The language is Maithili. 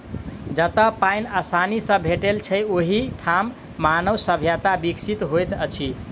जतअ पाइन आसानी सॅ भेटैत छै, ओहि ठाम मानव सभ्यता विकसित होइत अछि